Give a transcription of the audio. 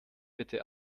bitte